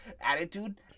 attitude